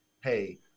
hey